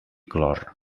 clor